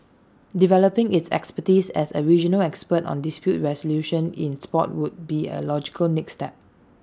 developing its expertise as A regional expert on dispute resolution in Sport would be A logical next step